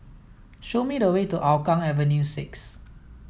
show me the way to Hougang Avenue six